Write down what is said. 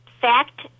Fact